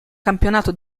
campionato